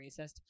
racist